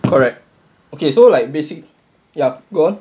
correct okay so like basic ya go on